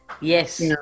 yes